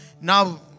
Now